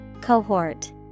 Cohort